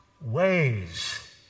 ways